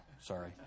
sorry